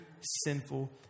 sinful